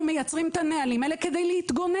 אנחנו מייצרים את הנהלים האלה כדי להתגונן,